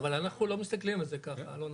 אבל אנחנו לא מסתכלים על זה ככה, אלון.